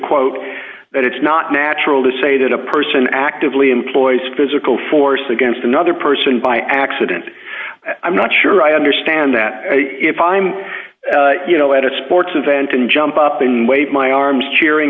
quote that it's not natural to say that a person actively employs physical force against another person by accident i'm not sure i understand that if i'm you know at a sports event and jump up in wave my arms cheering